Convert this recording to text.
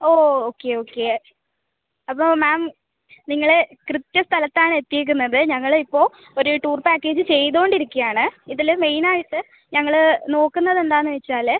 ഓ okay okay അപ്പോൾ ma'am നിങ്ങൾ കൃത്യസ്ഥലത്താണ് എത്തിയേക്കുന്നത് ഞങ്ങൾ ഇപ്പോൾ ഒരു ടൂർ പാക്കേജ് ചെയതുകൊണ്ട് ഇരിക്കുകയാണ് ഇതിൽ മെയിനായിട്ട് ഞങ്ങൾ നോക്കുന്നത് എന്താണെന്ന് വെച്ചാൽ